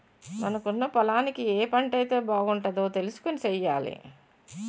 మనకున్న పొలానికి ఏ పంటైతే బాగుంటదో తెలుసుకొని సెయ్యాలి